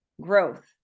growth